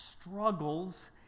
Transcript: struggles